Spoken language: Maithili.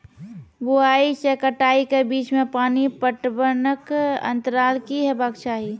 बुआई से कटाई के बीच मे पानि पटबनक अन्तराल की हेबाक चाही?